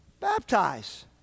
baptize